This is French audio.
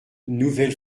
nouvelle